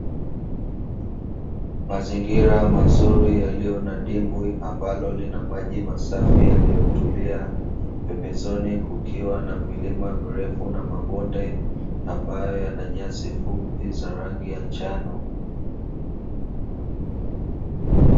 Mazingira mazuri yaliyo na dimbwi ambalo lina maji masafi yaliyotulia. Pembezoni kukiwa na vilima virefu na mabonde, ambayo yana nyasi fupi za rangi ya njano.